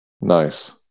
nice